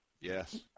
Yes